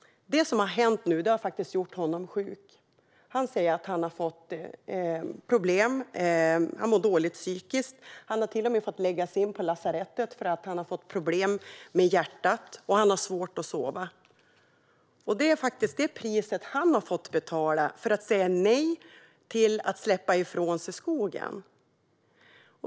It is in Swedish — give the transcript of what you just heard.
Det som nu har hänt har gjort honom sjuk. Han säger att han har fått problem. Han mår dåligt psykiskt. Han har till och med fått läggas in på lasarettet för att han har fått problem med hjärtat, och han har svårt att sova. Det är priset han fått betala för att säga nej till att släppa ifrån sig skogen.